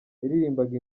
yaririmbaga